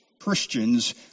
Christians